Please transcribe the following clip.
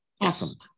Awesome